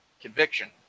conviction